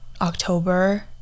October